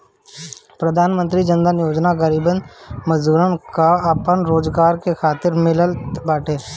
प्रधानमंत्री जन धन योजना गरीब मजदूर कअ आपन रोजगार करे खातिर मिलत बाटे